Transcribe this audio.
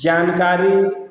जानकारी